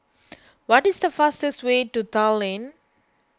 what is the fastest way to Tallinn